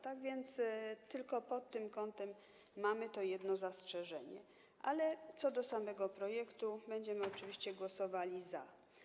Tak więc tylko pod tym kątem mamy to jedno zastrzeżenie, ale co do samego projektu, to będziemy oczywiście głosowali za.